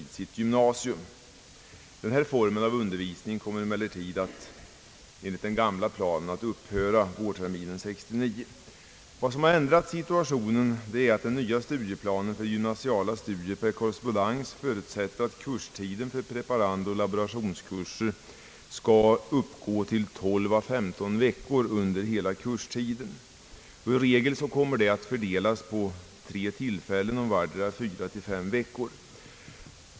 Denna form av undervisning enligt den gamla studieplanen upphör vårterminen 1969. Vad som ändrat situationen är att den nya studieplanen för gymnasiala studier per korrespondens förutsätter att kurstiden för preparandoch laborationskurser skall uppgå till 12—15 veckor. I regel fördelas dessa på tre tillfällen om vardera 4—5 veckor.